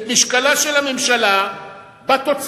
את משקלה של הממשלה בתוצר,